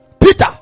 Peter